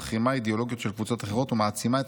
מחרימה אידיאולוגיות של קבוצות אחרות ומעצימה את